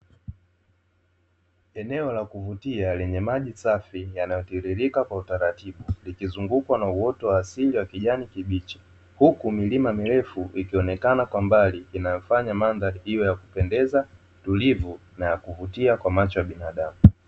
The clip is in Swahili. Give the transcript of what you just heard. Eneo la kuvutia lenye maji safi yanayotiririka kwa utaratibu likizungukwa na uoto wa asili wa kijani kibichi, huku milima mirefu ikionekana kwa mbali inayofanya mandhari iwe ya kupendeza, tulivu na ya kuvutia kwa macho ya binadamu.